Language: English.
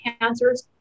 cancers